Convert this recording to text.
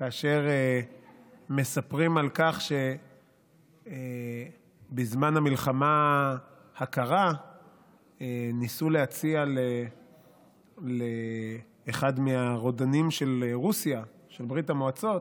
מספרים שבזמן המלחמה הקרה ניסו להציע לאחד מהרודנים של ברית המועצות,